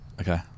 Okay